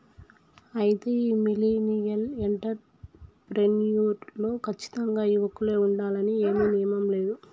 అయితే ఈ millennial entrepreneur లో కచ్చితంగా యువకులే ఉండాలని ఏమీ నియమం లేదు